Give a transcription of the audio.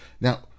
now